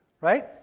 right